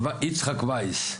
יצחק וייס,